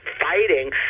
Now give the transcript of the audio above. fighting